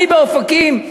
באופקים,